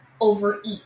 Overeat